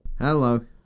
Hello